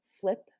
flip